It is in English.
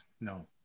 no